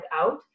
out